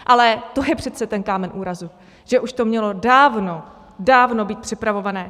Ale to je přece ten kámen úrazu, že už to mělo dávno, dávno být připravované.